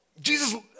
Jesus